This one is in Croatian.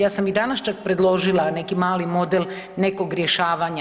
Ja sam i danas čak predložila neki mali model nekog rješavanja.